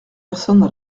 personnes